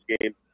game